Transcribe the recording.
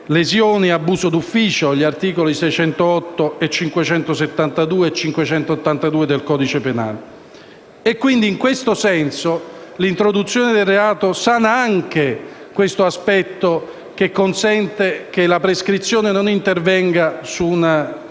lesioni e abuso d'ufficio, agli articoli 608, 572 e 582 del codice penale. In questo senso, l'introduzione del reato sana anche questo aspetto, consentendo che la prescrizione non intervenga su una fattispecie